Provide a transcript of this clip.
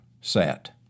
sat